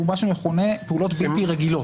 הוא מה שמכונה פעולות בלתי רגילות.